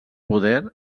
poder